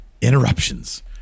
interruptions